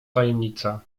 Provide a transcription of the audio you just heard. tajemnica